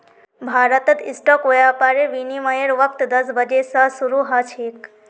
भारतत स्टॉक व्यापारेर विनियमेर वक़्त दस बजे स शरू ह छेक